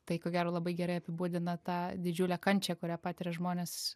tai ko gero labai gerai apibūdina tą didžiulę kančią kurią patiria žmonės